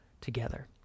together